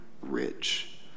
rich